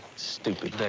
stupid